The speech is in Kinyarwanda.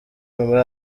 muri